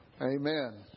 Amen